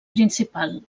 principal